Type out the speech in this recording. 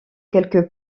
quelques